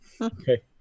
Okay